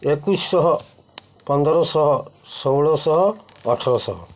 ଏକୋଇଶିଶହ ପନ୍ଦରଶହ ଷୋହଳଶହ ଅଠରଶହ